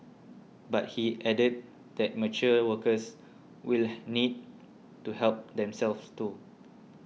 but he added that mature workers will need to help themselves too